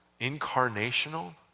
incarnational